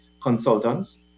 consultants